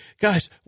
guys